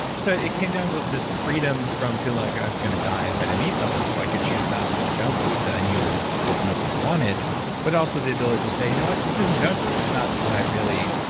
so it came down to this freedom from feeling like i was going to die if i didn't eat something, so i could choose not to eat junk food that i knew was was not what i wanted but also the ability to say, you know what? this isn't junk food. it's not what i really,